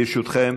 ברשותכם,